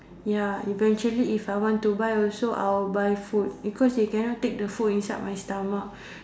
ya eventually if I want to buy also I will buy food because they cannot take the food inside my stomach